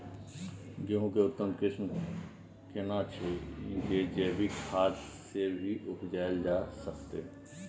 गेहूं के उत्तम किस्म केना छैय जे जैविक खाद से भी उपजायल जा सकते?